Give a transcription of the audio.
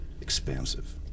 expansive